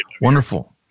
Wonderful